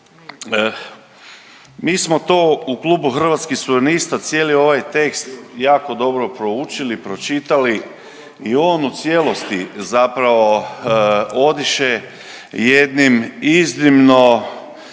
mi smo to u klubu Hrvatskih suverenista cijeli ovaj tekst jako dobro proučili, pročitali i on u cijelosti zapravo odiše jednim iznimno